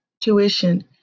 tuition